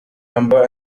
number